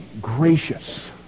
gracious